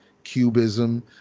cubism